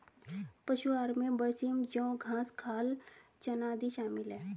पशु आहार में बरसीम जौं घास खाल चना आदि शामिल है